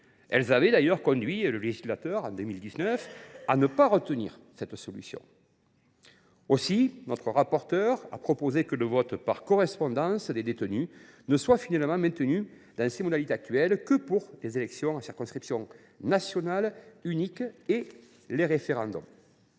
lesquelles ont d’ailleurs conduit le législateur de 2019 à ne pas retenir une telle solution. Aussi, notre rapporteur a proposé que le vote par correspondance des détenus ne soit finalement maintenu dans ses modalités actuelles que pour les élections à circonscription nationale unique et les référendums.